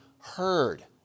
heard